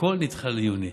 הכול נדחה ליוני.